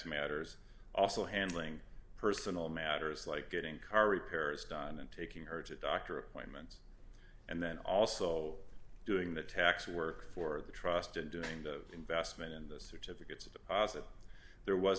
matters also handling personal matters like getting car repairs done and taking her to doctor appointments and then also doing the tax work for the trust and doing the investment in the city it gets a deposit there was